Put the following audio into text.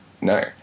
No